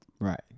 Right